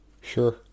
Sure